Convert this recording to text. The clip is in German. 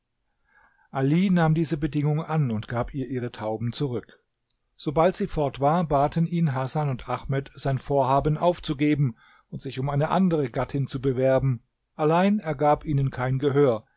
ali nahm diese bedingung an und gab ihr ihre tauben zurück sobald sie fort war baten ihn hasan und ahmed sein vorhaben aufzugeben und sich um eine andere gattin zu bewerben allein er gab ihnen kein gehör